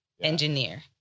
engineer